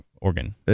organ